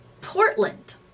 Portland